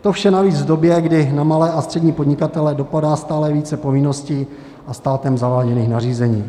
To vše navíc v době, kdy na malé a střední podnikatele dopadá stále více povinností a státem zaváděných nařízení.